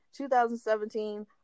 2017